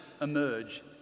emerge